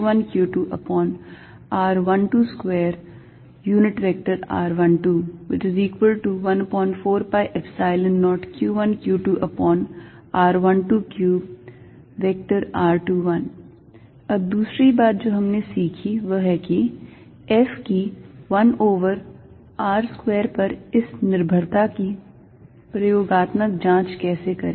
F1 14π0q1q2r122r1214π0q1q2r123r21 अब दूसरी बात जो हमने सीखी वह है कि F की 1 over r square पर इस निर्भरता की प्रयोगात्मक जाँच कैसे करे